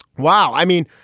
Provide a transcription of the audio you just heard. wow. i mean,